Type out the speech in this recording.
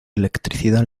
electricidad